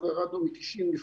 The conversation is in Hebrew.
אנחנו ירדנו ל-90%.